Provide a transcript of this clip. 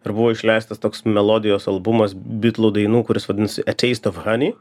ir buvo išleistas toks melodijos albumas bitlų dainų kuris vadinosi a taste of honey